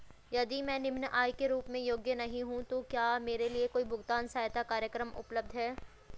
यदि मैं निम्न आय के रूप में योग्य नहीं हूँ तो क्या मेरे लिए कोई भुगतान सहायता कार्यक्रम उपलब्ध है?